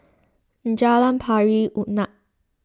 Jalan Pari Unak